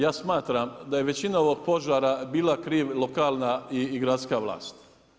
Ja smatram da je većina ovog požara bila kriva lokalna i gradska vlast.